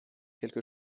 quelque